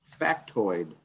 factoid